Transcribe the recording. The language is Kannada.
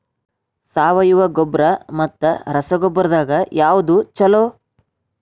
ಸಾವಯವ ಗೊಬ್ಬರ ಮತ್ತ ರಸಗೊಬ್ಬರದಾಗ ಯಾವದು ಛಲೋ?